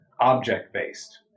object-based